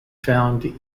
found